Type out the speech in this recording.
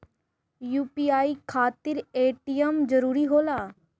UPI खातिर ATM जरूरी होला?